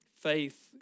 Faith